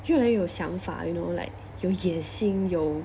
越来越有想法 you know like 有一点新 yo